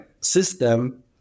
system